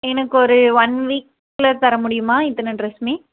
எனக்கு ஒரு ஒன் வீக்கில் தர முடியுமா இத்தனை டிரஸ்மே